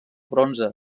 bronze